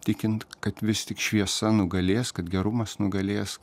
tikint kad vis tik šviesa nugalės kad gerumas nugalės